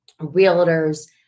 realtors